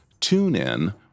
TuneIn